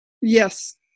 Yes